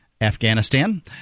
Afghanistan